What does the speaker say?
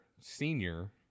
Senior